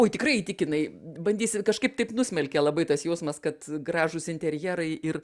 oi tikrai įtikinai bandysi kažkaip taip nusmelkė labai tas jausmas kad gražūs interjerai ir